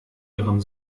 ihren